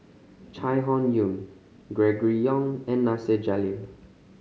Chai Hon Yoong Gregory Yong and Nasir Jalil